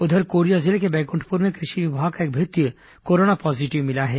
उधर कोरिया जिले के बैंकुंठपुर में कृषि विभाग का एक भृत्य कोरोना पॉजिटिव मिला है